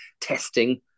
testing